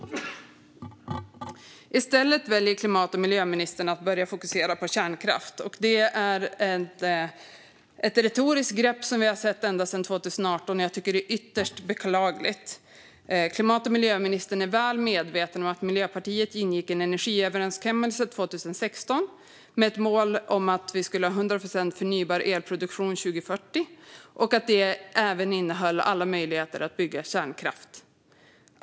I stället väljer klimat och miljöministern att börja fokusera på kärnkraft. Det är ett retoriskt grepp som vi har sett ända sedan 2018, och jag tycker att det är ytterst beklagligt. Klimat och miljöministern är väl medveten om att Miljöpartiet ingick en energiöverenskommelse 2016 med ett mål om att vi skulle ha hundra procent förnybar elproduktion 2040 och att det även innehöll alla möjligheter att bygga kärnkraft.